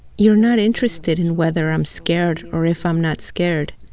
you're not interested in whether i'm scared or if i'm not scared.